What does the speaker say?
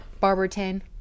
Barberton